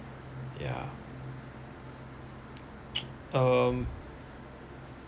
yeah um